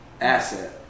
asset